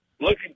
looking